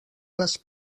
les